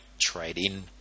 trade-in